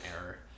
error